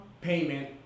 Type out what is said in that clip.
payment